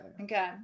okay